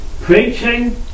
Preaching